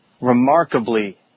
Remarkably